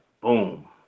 boom